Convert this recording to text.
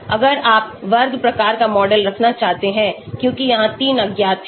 अगर आप वर्ग प्रकार का मॉडल रखना चाहते हैं क्योंकि यहां 3 अज्ञात हैं